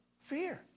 fear